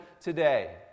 today